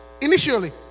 initially